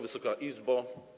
Wysoka Izbo!